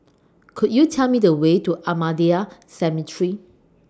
Could YOU Tell Me The Way to Ahmadiyya Cemetery